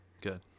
good